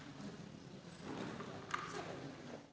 Hvala